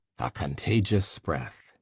contagious breath.